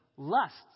lusts